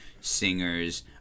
singers